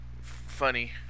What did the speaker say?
funny